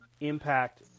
Impact